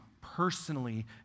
personally